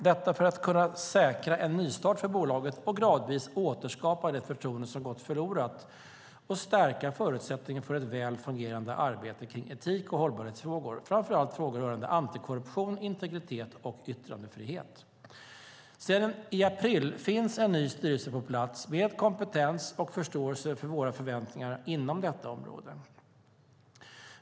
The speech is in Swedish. Detta för att kunna säkra en nystart för bolaget och gradvis återskapa det förtroende som gått förlorat och stärka förutsättningen för ett väl fungerande arbete kring etik och hållbarhetsfrågor, framför allt frågor rörande antikorruption, integritet och yttrandefrihet. Sedan i april finns en ny styrelse på plats med kompetens och förståelse för våra förväntningar inom detta område.